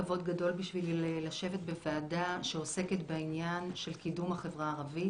כבוד גדול בשבילי לשבת בוועדה שעוסקת בעניין של קידום החברה הערבית,